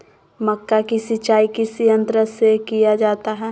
मक्का की सिंचाई किस यंत्र से किया जाता है?